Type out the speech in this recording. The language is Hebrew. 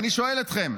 ואני שואל אתכם,